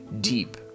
Deep